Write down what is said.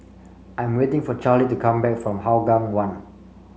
I'm waiting for Charley to come back from Hougang One